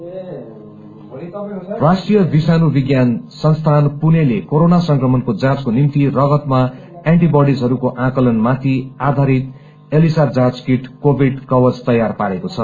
test kit राष्ट्रीय विषाणु विज्ञान संस्थान पुणेले कोरोना संक्रमणको जाँचको निम्ति रगतमा एण्टी बडीजहरूको आँकलन माथि आधारित एलिसा जाँच कीअ कोविड कवच तयार पारेको छ